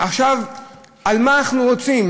מה אנחנו רוצים?